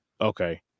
Okay